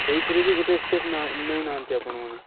ସେଇଥିରେ ବି ଗୋଟେ ଷ୍ଟେପ୍ ନା ନେଉନାହାନ୍ତି ଆପଣ ମାନେ